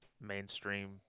mainstream